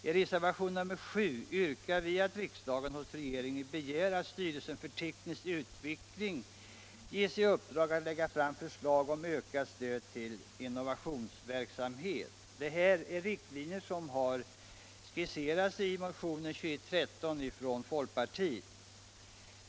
I reservationen 7 yrkar vi att riksdagen hos regeringen begär att styrelsen för teknisk utveckling ges i uppdrag att lägga fram förslag om ökat stöd till innovationsverksamhet; riktlinjerna har skisserats i motionen 2113 från folkpartiet.